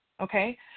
okay